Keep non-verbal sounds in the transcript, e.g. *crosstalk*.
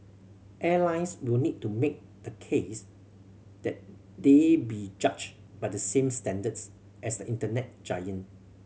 airlines will need to make the case that they be judged by the same standards as the Internet *unintelligible*